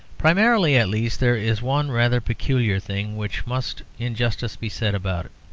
primarily, at least, there is one rather peculiar thing which must in justice be said about it.